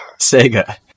Sega